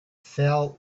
fell